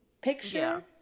picture